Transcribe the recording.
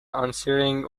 answering